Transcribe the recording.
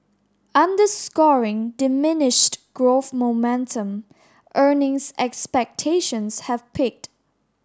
underscoring diminished growth momentum earnings expectations have peaked